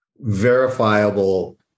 verifiable